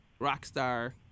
Rockstar